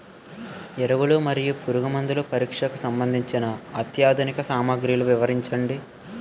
ఎరువులు మరియు పురుగుమందుల పరీక్షకు సంబంధించి అత్యాధునిక సామగ్రిలు వివరించండి?